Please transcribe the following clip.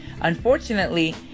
unfortunately